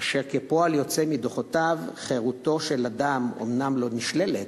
אשר כפועל יוצא מדוחותיו חירותו של אדם אומנם לא נשללת,